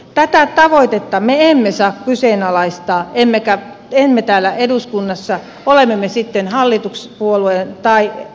tätä tavoitetta me emme saa kyseenalaistaa emme täällä eduskunnassa olemme me sitten hallituspuolueesta tai oppositiopuolueesta